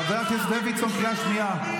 חבר הכנסת דוידסון, קריאה שנייה.